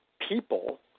people